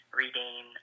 reading